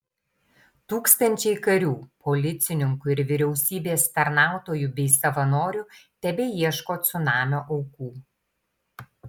tūkstančiai karių policininkų ir vyriausybės tarnautojų bei savanorių tebeieško cunamio aukų